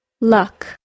Luck